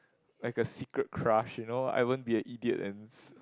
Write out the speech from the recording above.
like a secret crush you know I won't be an idiot and